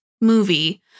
movie